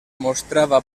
mostrava